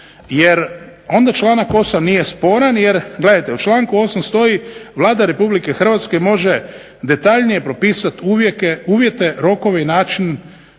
jer onda članak 8. nije sporan jer gledajte u članku 8. stoji "Vlada Republike Hrvatske može detaljnije propisati uvjete, rokove i način